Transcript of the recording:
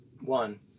One